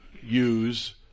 use